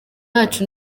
yacu